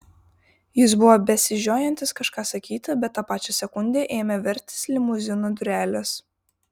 jis buvo besižiojantis kažką sakyti bet tą pačią sekundę ėmė vertis limuzino durelės